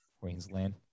Queensland